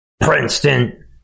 Princeton